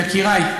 יקיריי,